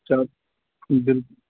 چلو